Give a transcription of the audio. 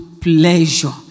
pleasure